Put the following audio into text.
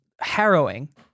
harrowing